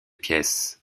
pièce